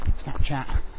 Snapchat